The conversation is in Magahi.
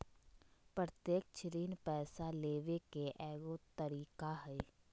प्रत्यक्ष ऋण पैसा लेबे के एगो तरीका हइ